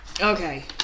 Okay